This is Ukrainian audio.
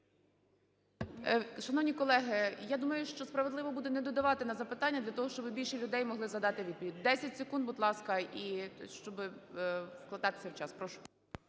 Шановні колеги, я думаю, що справедливо буде не додавати на запитання для того, щоб більше людей могли задати… відповідь. 10 секунд, будь ласка, і щоб вкладатися в час. Прошу.